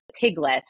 Piglet